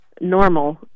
normal